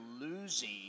losing